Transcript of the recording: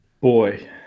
Boy